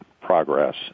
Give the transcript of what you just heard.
progress